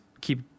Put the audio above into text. keep